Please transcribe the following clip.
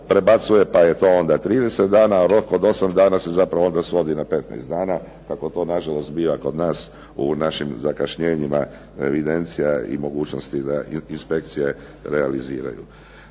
prebacuje pa je to onda 30 dana, rok od 8 dana se zapravo svodi na 15 dana, kako to na žalost biva kod nas u našim zakašnjenjima evidencija i mogućnosti inspekcije realiziraju.